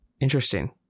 Interesting